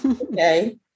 Okay